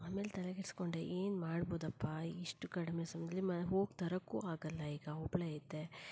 ಆಮೇಲೆ ತಲೆಕೆಡಿಸ್ಕೊಂಡೆ ಏನು ಮಾಡಬಹುದಪ್ಪ ಇಷ್ಟು ಕಡಿಮೆ ಸಮಯದಲ್ಲಿ ಹೋಗಿ ತರೋಕೂ ಆಗಲ್ಲ ಈಗ ಒಬ್ಬಳೇ ಇದ್ದೆ